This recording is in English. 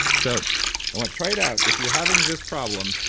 so like try it out. if you're having this problem,